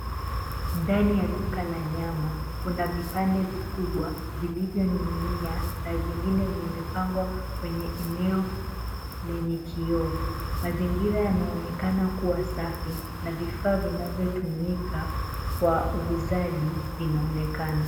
Ndani ya duka la nyama, kuna vipande vikubwa vilivyoning'inia na vingine vimepangwa kwenye eneo lenye kioo. Mazingira yanaonekana kuwa safi na vifaa vinavyotumika kwa uuzaji vinaonekana.